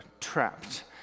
trapped